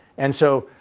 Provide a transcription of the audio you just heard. and so,